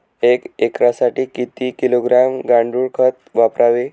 एक एकरसाठी किती किलोग्रॅम गांडूळ खत वापरावे?